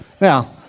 Now